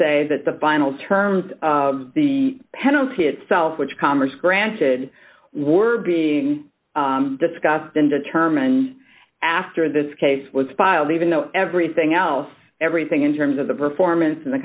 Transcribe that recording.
say that the final terms of the penalty itself which congress granted were being discussed and determined after this case was filed even though everything else everything in terms of the performance of the